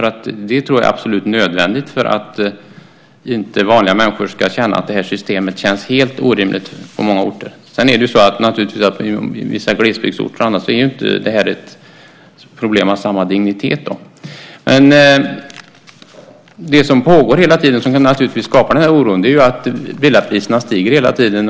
Det tror jag är absolut nödvändigt för att vanliga människor inte ska känna att detta system känns helt orimligt på många orter. Men naturligtvis är detta inte ett problem av samma dignitet i vissa glesbygdsorter. Det som pågår hela tiden och som naturligtvis skapar denna oro är att villapriserna hela tiden stiger.